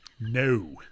no